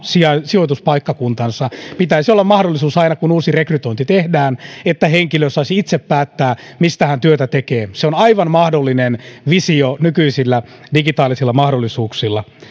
sijoituspaikkakuntansa pitäisi olla mahdollisuus aina kun uusi rekrytointi tehdään siihen että henkilö saisi itse päättää mistä hän työtä tekee se on aivan mahdollinen visio nykyisillä digitaalisilla mahdollisuuksilla